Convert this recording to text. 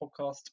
podcast